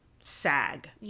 sag